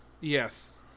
Yes